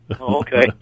okay